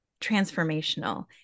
transformational